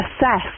assess